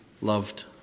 loved